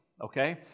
okay